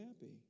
happy